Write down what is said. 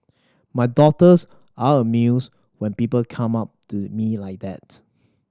my daughters are amused when people come up to me like that